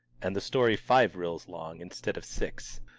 and the story five reels long instead of six.